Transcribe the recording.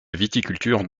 viticulture